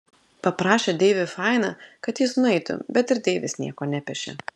paprašė deivį fainą kad jis nueitų bet ir deivis nieko nepešė